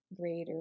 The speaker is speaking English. greater